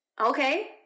Okay